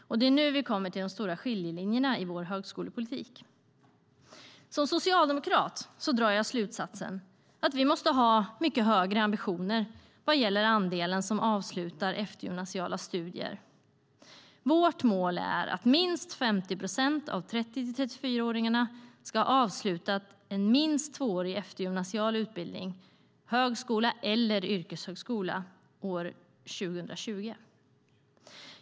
Och det är nu vi kommer till de stora skiljelinjerna i vår högskolepolitik. Som socialdemokrat drar jag slutsatsen att vi måste ha mycket högre ambitioner vad gäller andelen som avslutar eftergymnasiala studier. Vårt mål är att minst 50 procent av 30-34-åringarna ska ha avslutat en minst tvåårig eftergymnasial utbildning, högskola eller yrkeshögskola, år 2020.